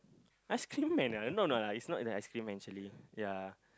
ice cream man lah no no lah it's not in an ice cream actually ya